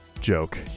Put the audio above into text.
joke